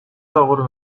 доогуур